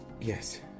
yes